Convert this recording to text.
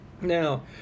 now